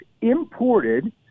imported